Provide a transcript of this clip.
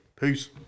Peace